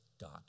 God